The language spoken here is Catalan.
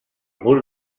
mur